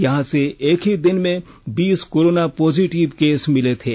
यहां से एक ही दिन में बीस कोरोना पॉजिटिव केस मिले थे